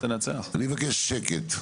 סיעות, אני מבקש שקט.